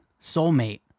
soulmate